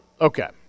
Okay